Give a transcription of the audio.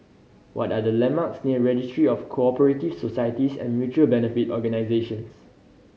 what are the landmarks near Registry of Co Operative Societies and Mutual Benefit Organisations